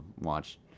watch